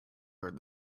heard